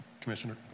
Commissioner